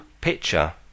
picture